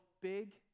big